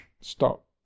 stop